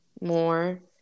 more